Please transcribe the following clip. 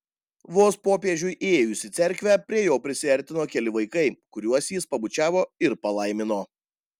vos popiežiui įėjus į cerkvę prie jo prisiartino keli vaikai kuriuos jis pabučiavo ir palaimino